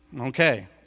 Okay